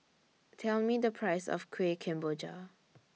Tell Me The Price of Kueh Kemboja